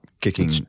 kicking